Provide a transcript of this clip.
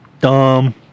dumb